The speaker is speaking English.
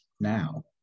now